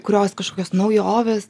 kurios kažkokios naujovės